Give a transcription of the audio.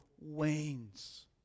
wanes